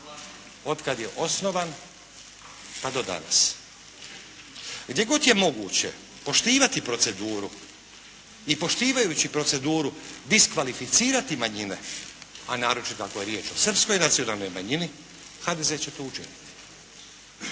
otkad je osnovan pa do danas. Gdje god je moguće poštivati proceduru i poštivajući proceduru diskvalificirati manjine, a naročito ako je riječ o srpskoj nacionalnoj manjini, HDZ će to učiniti.